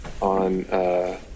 on